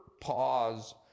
pause